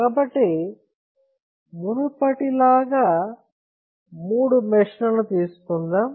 కాబట్టి మునుపటిలాగే మూడు మెష్లను తీసుకుందాం